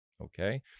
Okay